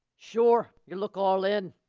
sure yuh look all in.